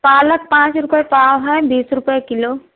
पालक पाँच रुपये पाव है बीस रुपये किलो